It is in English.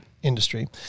Industry